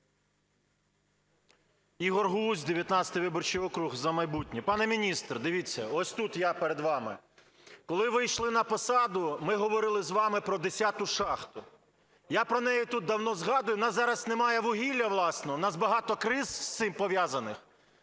Ігор Гузь, 19 виборчий округ, "За майбутнє". Пане міністре, дивіться, ось тут я перед вами. Коли ви йшли на посаду, ми говорили з вами про 10-у шахту, я про неї тут давно згадую. У нас зараз немає вугілля власного, у нас багато криз з цим пов'язаних.